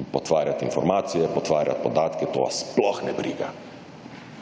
in potvarjat informacije, potvarjat podatke, to vas sploh ne briga.